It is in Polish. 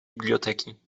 biblioteki